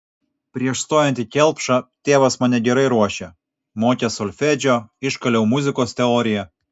prieš stojant į kelpšą tėvas mane gerai ruošė mokė solfedžio iškaliau muzikos teoriją